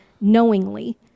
knowingly